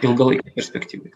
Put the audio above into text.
ilgalaikėj perspektyvoj